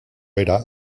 era